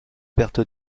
perte